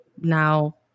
Now